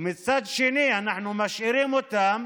ומצד שני אנחנו משאירים אותם